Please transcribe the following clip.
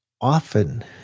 often